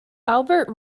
albert